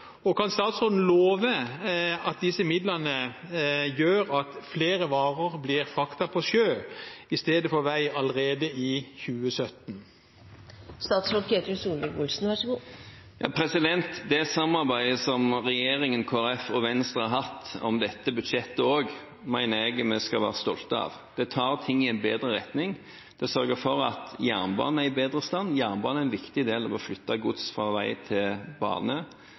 og kan statsråden love at disse midlene gjør at flere varer blir fraktet på sjø, istedenfor på vei, allerede i 2017? Det samarbeidet regjeringen, Kristelig Folkeparti og Venstre har hatt om også dette budsjettet, mener jeg vi skal være stolte av. Det tar ting i en bedre retning. Vi sørger for at jernbanen er i bedre stand, jernbanen er en viktig del av det å flytte gods fra vei til bane.